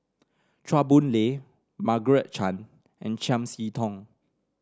Chua Boon Lay Margaret Chan and Chiam See Tong